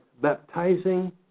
baptizing